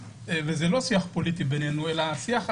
וזה לא שיח פוליטי זה שיח אמיתי,